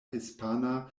hispana